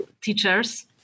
teachers